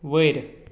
वयर